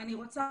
אני רוצה